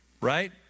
Right